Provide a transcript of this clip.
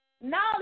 knowledge